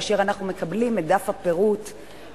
כאשר אנחנו מקבלים את דף הפירוט הביתה,